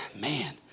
man